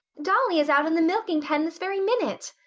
dolly is out in the milking pen this very minute.